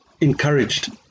encouraged